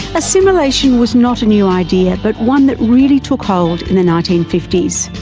assimilation was not a new idea but one that really took hold in the nineteen fifty s.